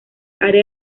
área